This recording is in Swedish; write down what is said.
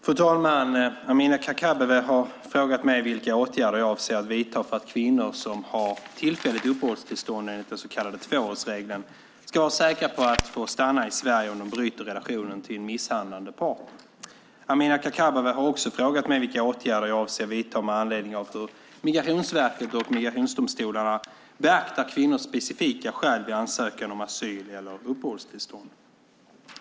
Fru talman! Amineh Kakabaveh har frågat mig vilka åtgärder jag avser att vidta för att kvinnor som har tillfälligt uppehållstillstånd enligt den så kallade tvåårsregeln ska vara säkra på att få stanna i Sverige om de bryter relationen till en misshandlande partner. Amineh Kakabaveh har också frågat mig vilka åtgärder jag avser att vidta med anledning av hur Migrationsverket och migrationsdomstolarna beaktar kvinnors specifika skäl vid ansökan om asyl eller uppehållstillstånd.